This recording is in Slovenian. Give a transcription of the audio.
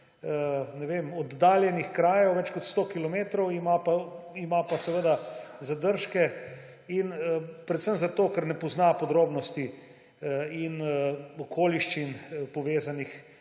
oddaljenih krajev ima pa seveda zadržke, predvsem zato, ker ne pozna podrobnosti in okoliščin, povezanih